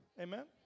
Amen